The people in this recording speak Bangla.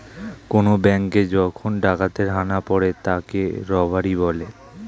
কোন ব্যাঙ্কে যখন ডাকাতের হানা পড়ে তাকে রবারি বলে